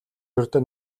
ердөө